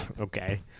Okay